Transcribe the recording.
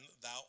thou